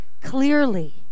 clearly